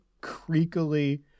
creakily